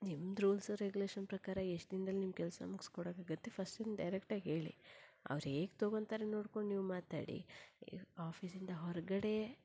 ನಿಮ್ದು rules regulation ಪ್ರಕಾರ ಎಷ್ಟು ದಿನದಲ್ಲಿ ನಿಮ್ಮ ಕೆಲಸ ಮುಗ್ಸಿಕೊಡೊಕಾಗತ್ತೆ ಫಸ್ಟ್ ನೀವು ಡೈರೆಕ್ಟಾಗಿ ಹೇಳಿ ಅವ್ರು ಹೇಗೆ ತೊಗೊಂತಾರೆ ನೋಡ್ಕೊಂಡು ನೀವು ಮಾತಾಡಿ ಆಫೀಸಿಂದ ಹೊರಗಡೆ